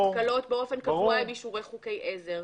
נתקלות באופן קבוע עם אישורי חוקי עזר,